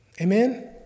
Amen